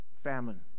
Famine